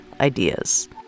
ideas